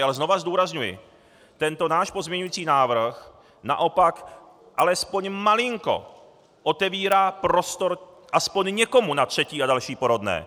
Ale znovu zdůrazňuji: Tento náš pozměňující návrh naopak alespoň malinko otevírá prostor alespoň někomu na třetí a další porodné.